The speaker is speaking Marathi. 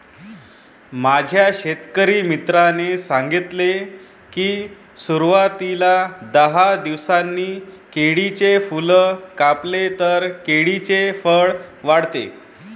माझ्या शेतकरी मित्राने सांगितले की, सुरवातीला दहा दिवसांनी केळीचे फूल कापले तर केळीचे फळ वाढते